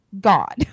God